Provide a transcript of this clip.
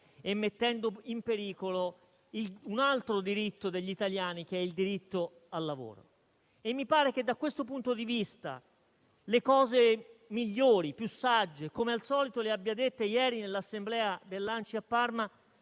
e mettendo in pericolo un altro diritto degli italiani, il diritto al lavoro. Mi pare che, da questo punto di vista, le cose migliori e più sagge come al solito le abbia dette ieri nell'assemblea dell'ANCI a Parma